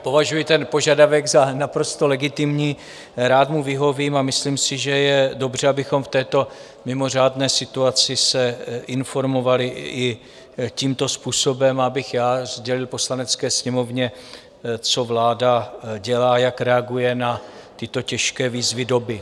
Považuji ten požadavek za naprosto legitimní, rád mu vyhovím a myslím si, že je dobře, abychom se v této mimořádné situaci informovali i tímto způsobem, abych sdělil Poslanecké sněmovně, co vláda dělá, jak reaguje na tyto těžké výzvy doby.